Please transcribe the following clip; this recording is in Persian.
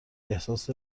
احساس